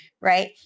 right